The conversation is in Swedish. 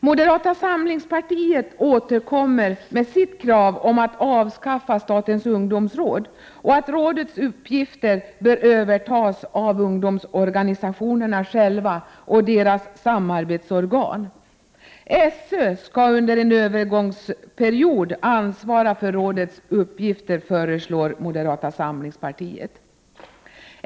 Moderata samlingspartiet återkommer med sitt krav på att avskaffa statens ungdomsråd och att rådets uppgifter skall övertas av ungdomsorganisationerna själva och deras samarbetsorgan. SÖ skall under en övergångsperiod ansvara för rådets uppgifter, föreslår moderata samlingspartiet.